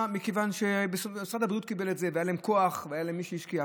מכיוון שמשרד הבריאות קיבל את זה והיה להן כוח והיה להן מי שהשקיע.